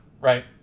right